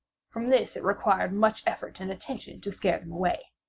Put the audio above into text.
from this it required much effort and attention to scare them away.